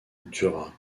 duras